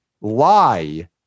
lie